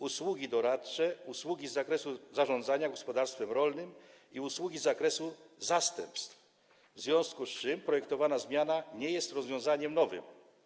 Usługi doradcze, usługi z zakresu zarządzania gospodarstwem rolnym i usługi z zakresu zastępstw, w związku z czym projektowana zmiana nie jest rozwiązaniem nowym.